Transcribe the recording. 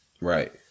Right